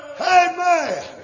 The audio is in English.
amen